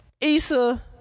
Issa